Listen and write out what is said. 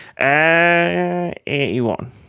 81